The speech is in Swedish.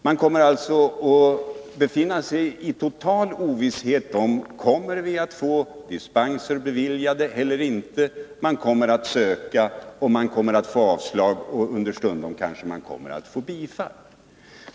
Man kommer alltså att befinna sig i total ovisshet om huruvida dispenser kommer att beviljas eller inte. Man kommer att söka, och man kommer att få avslag eller bifall.